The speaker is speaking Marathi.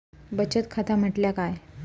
बचत खाता म्हटल्या काय?